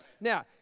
Now